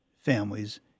families